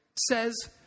says